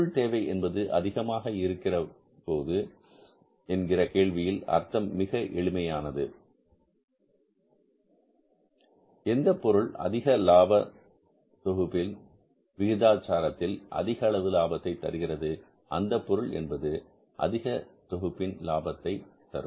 பொருள் தேவை என்பது அதிகமாக இருக்கும்போது என்கிற கேள்வியின் அர்த்தம் மிக எளிமையானது எந்தப் பொருளின் அதிக லாபம் தொகுப்பின் விகிதாச்சாரத்தில் அதிக அளவு லாபத்தை தருகிறது அந்தப் பொருள் என்பது அதிக தொகுப்பின் லாபத்தை தரும்